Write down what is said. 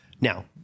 Now